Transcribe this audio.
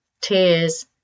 tears